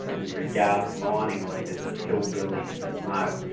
and he regarded mining leaders as hillbillies and mugs,